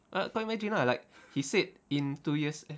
like kau imagine ah like he said in two years eh